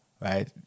right